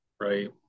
right